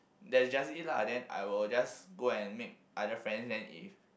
that's just it lah then I will just go and make other friends then if